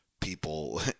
people